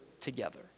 together